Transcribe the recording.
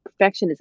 Perfectionism